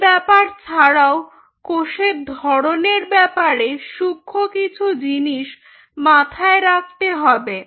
এই ব্যাপার ছাড়াও কোষের ধরনের ব্যাপারে সূক্ষ্ম কিছু জিনিস মাথায় রাখতে হবে